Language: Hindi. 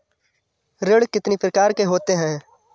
ऋण कितनी प्रकार के होते हैं?